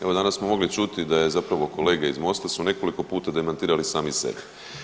Evo danas smo mogli čuti da je zapravo kolege iz Mosta su nekoliko puta demantirali sami sebe.